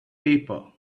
paper